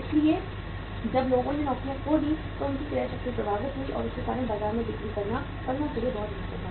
इसलिए जब लोगों ने नौकरियां खो दीं तो उनकी क्रय शक्ति प्रभावित हुई और उसके कारण बाजार में बिक्री करना फर्मों के लिए बहुत मुश्किल था